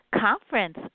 Conference